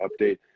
update